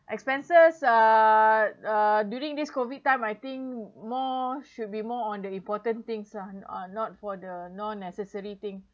expenses uh uh during this COVID time I think more should be more on the important things ah not for the non necessary thing